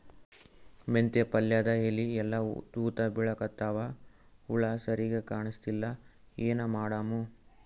ಮೆಂತೆ ಪಲ್ಯಾದ ಎಲಿ ಎಲ್ಲಾ ತೂತ ಬಿಳಿಕತ್ತಾವ, ಹುಳ ಸರಿಗ ಕಾಣಸ್ತಿಲ್ಲ, ಏನ ಮಾಡಮು?